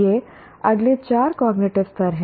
ये अगले चार कॉग्निटिव स्तर हैं